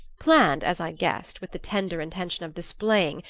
planned, as i guessed, with the tender intention of displaying,